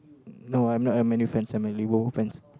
no I'm not a Man-U fans I'm a Liverpool fans